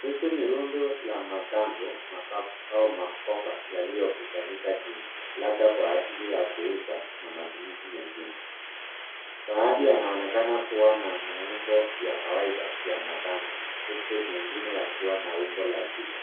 Hizi ni rundo la matango makavu au maboga yaliyokusanyika chini, labda kwa ajili ya kuuza, na matumizi mengine. Baadhi yanaonekana kuwa na muumbo ya kawaida ya matango, huku mengine yakiwa na umbo la chupa.